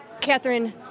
Catherine